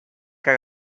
que